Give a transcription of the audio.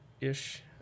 ish